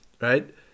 right